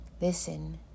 Listen